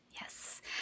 Yes